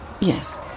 Yes